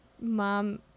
Mom